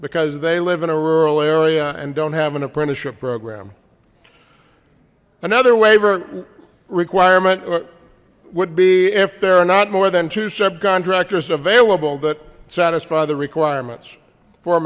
because they live in a rural area and don't have an apprenticeship program another waiver requirement would be if there are not more than two subcontractors available that satisfy the requirements for